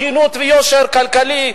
הגינות ויושר כלכלי,